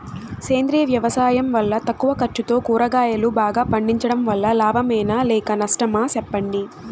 సేంద్రియ వ్యవసాయం వల్ల తక్కువ ఖర్చుతో కూరగాయలు బాగా పండించడం వల్ల లాభమేనా లేక నష్టమా సెప్పండి